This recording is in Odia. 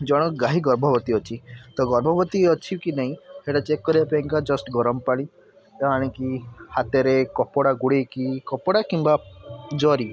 ଜଣଙ୍କ ଗାଈ ଗର୍ଭବତୀ ଅଛି ତ ଗର୍ଭବତୀ ଅଛି କି ନାହିଁ ହେଟା ଚେକ୍ କରିବା ପାଇଁକା ଜଷ୍ଟ୍ ଗରମ ପାଣି ଆଣିକି ହାତରେ କପଡ଼ା ଗୁଡ଼େଇକି କପଡ଼ା କିମ୍ବା ଜରି